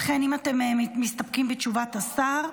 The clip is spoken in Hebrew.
לכן, אם אתם מסתפקים בתשובת השר,